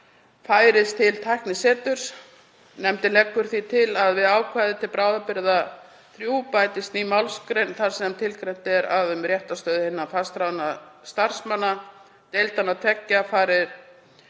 færist til tækniseturs. Nefndin leggur því til að við ákvæði til bráðabirgða III bætist ný málsgrein þar sem tilgreint er að um réttarstöðu hinna fastráðnu starfsmanna deildanna tveggja fari